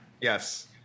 Yes